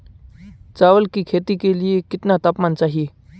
चावल की खेती के लिए कितना तापमान चाहिए?